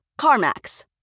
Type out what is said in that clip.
CarMax